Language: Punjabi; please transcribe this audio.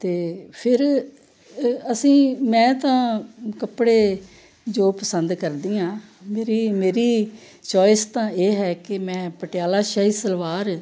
ਅਤੇ ਫਿਰ ਅਸੀਂ ਮੈਂ ਤਾਂ ਕੱਪੜੇ ਜੋ ਪਸੰਦ ਕਰਦੀ ਹਾਂ ਮੇਰੀ ਮੇਰੀ ਚੋਆਇਸ ਤਾਂ ਇਹ ਹੈ ਕਿ ਮੈਂ ਪਟਿਆਲਾ ਸ਼ਾਹੀ ਸਲਵਾਰ